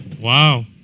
Wow